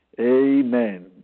Amen